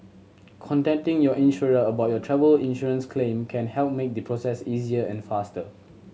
contacting your insurer about your travel insurance claim can help make the process easier and faster